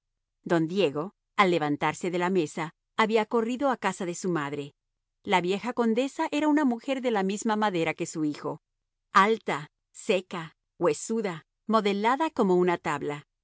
don diego al levantarse de la mesa había corrido a casa de su madre la vieja condesa era una mujer de la misma madera que su hijo alta seca huesuda modelada como una tabla